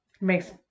Makes